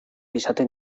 izaten